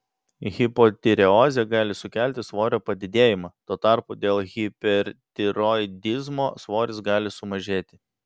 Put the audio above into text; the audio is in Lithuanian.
hipotireozė gali sukelti svorio padidėjimą tuo tarpu dėl hipertiroidizmo svoris gali sumažėti